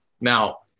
Now